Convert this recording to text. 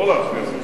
בהחלט.